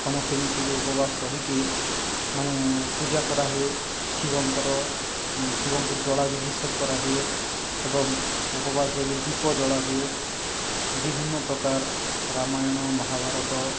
ସମସ୍ତେ ମିଶିକି ଉପବାସ ରହିକି ମାନେ ପୂଜା କରାହୁଏ ଶିବଙ୍କର ଶିବଙ୍କୁ ଜଳାଯିଭିଷେକ କରାହୁଏ ଏବଂ ଉପବାସ ରହିକି ଦୀପ ଜଳା ହୁଏ ବିଭିନ୍ନ ପ୍ରକାର ରାମାୟଣ ମହାଭାରତ